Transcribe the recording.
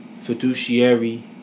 fiduciary